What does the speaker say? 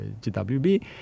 GWB